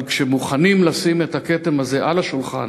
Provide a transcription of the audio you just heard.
אבל כשמוכנים לשים את הכתם הזה על השולחן,